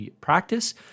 practice